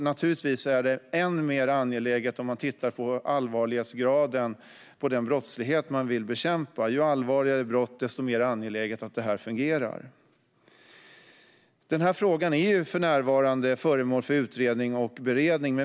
Naturligtvis är det än mer angeläget om man tittar på allvarlighetsgraden i den brottslighet man vill bekämpa - ju allvarligare brott, desto mer angeläget att detta fungerar. Denna fråga är för närvarande föremål för utredning och beredning.